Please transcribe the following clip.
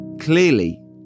clearly